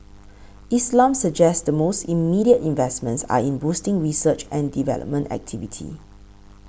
Islam suggests the most immediate investments are in boosting research and development activity